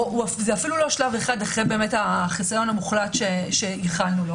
זה אפילו לא שלב אחד אחרי החיסיון המוחלט שייחלנו לו.